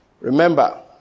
Remember